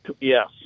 Yes